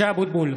(קורא בשמות חברי הכנסת) משה אבוטבול,